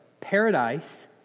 paradise